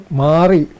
mari